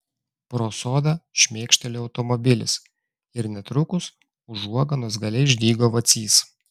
pro sodą šmėkštelėjo automobilis ir netrukus užuoganos gale išdygo vacys